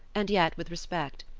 and yet with respect.